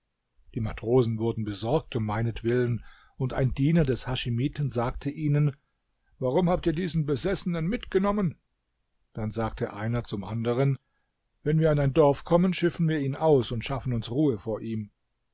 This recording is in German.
die matrosen wurden besorgt um meinetwillen und ein diener des haschimiten sagte ihnen warum habt ihr diesen besessenen mitgenommen dann sagte einer zum anderen wenn wir an ein dorf kommen schiffen wir ihn aus und schaffen uns ruhe vor ihm